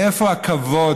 מאיפה הכבוד,